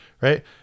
right